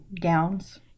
gowns